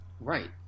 right